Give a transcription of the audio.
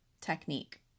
technique